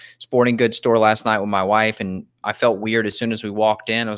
sporting good store last night with my wife and, i felt weird as soon as we walked in, i was